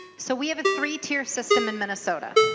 so we have a three-tier system in minnesota.